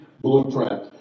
blueprint